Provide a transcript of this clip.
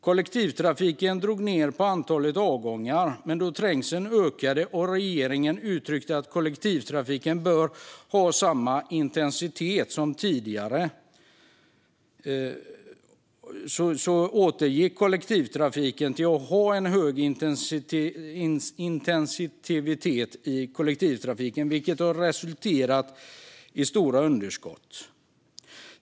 Kollektivtrafiken drog ned på antalet avgångar, men då trängseln ökade och regeringen uttryckte att kollektivtrafiken bör ha samma intensitet som tidigare återgick man till en hög intensitet, vilket har resulterat i stora underskott.